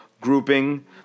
grouping